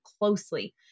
closely